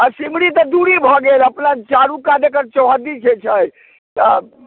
अऽ सिमरी तऽ दूरी भऽ गेल अपना चारू कात एकर चौहद्दी जे छै तऽ